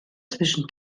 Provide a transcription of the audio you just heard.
zwischen